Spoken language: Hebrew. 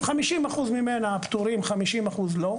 50% ממנה פטורים, 50% לא.